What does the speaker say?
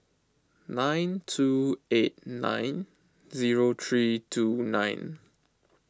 nine two eight nine zero three two nine